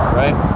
right